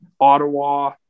Ottawa